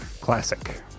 Classic